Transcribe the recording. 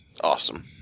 awesome